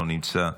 לא נמצא,